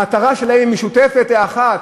המטרה שלהם משותפת ואחת,